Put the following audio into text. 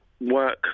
Work